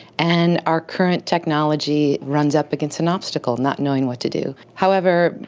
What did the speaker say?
and our current technology runs up against an obstacle, not knowing what to do. however,